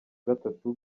gatatu